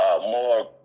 more